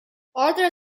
arthur